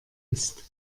ist